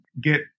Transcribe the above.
get